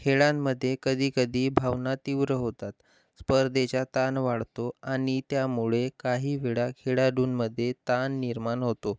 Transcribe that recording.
खेळांमध्ये कधीकधी भावना तीव्र होतात स्पर्धेचा ताण वाढतो आणि त्यामुळे काही वेळा खेळााडूंमध्ये ताण निर्माण होतो